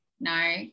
No